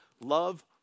Love